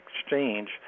exchange